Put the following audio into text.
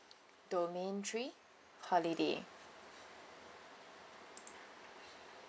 domain three holiday